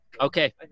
Okay